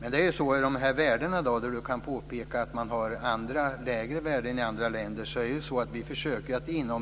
Barbro Feltzing påpekar att det är andra lägre värden i andra länder. Vi försöker att ena